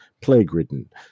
Plague-Ridden